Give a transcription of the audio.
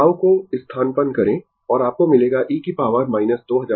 tau को स्थानापन्न करें और आपको मिलेगा e की पॉवर - 2000 t